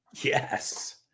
Yes